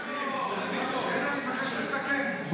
אני מבקש לסכם.